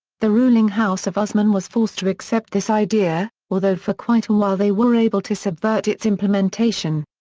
the ruling house of osman was forced to accept this idea, although for quite a while they were able to subvert its implementation.